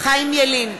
חיים ילין,